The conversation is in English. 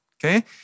Okay